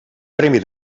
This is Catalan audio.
premi